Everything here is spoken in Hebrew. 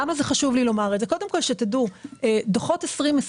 חשוב לי לומר את הזה כדי שתדעו שדוחות 2020,